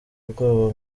ubwoba